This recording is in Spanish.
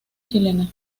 chilena